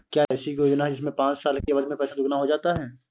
क्या ऐसी कोई योजना है जिसमें पाँच साल की अवधि में पैसा दोगुना हो जाता है?